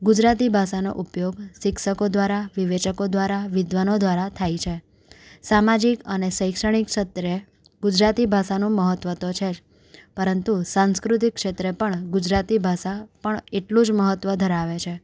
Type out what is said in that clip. ગુજરાતી ભાષાનો ઉપયોગ શિક્ષકો દ્વારા વિવેચકો દ્વારા વિદ્ધાનો દ્વારા થાય છે સામાજિક અને શૈક્ષણિક ક્ષેત્રે ગુજરાતી ભાષાનું મહત્વ તો છે જ પરંતુ સાંસ્કૃતિક ક્ષેત્રે પણ ગુજરાતી ભાષા પણ એટલું જ મહત્વ ધરાવે છે